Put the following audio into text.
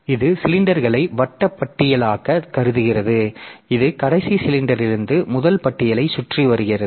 எனவே இது சிலிண்டர்களை வட்ட பட்டியலாகக் கருதுகிறது இது கடைசி சிலிண்டரிலிருந்து முதல் பட்டியலைச் சுற்றி வருகிறது